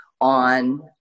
on